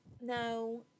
No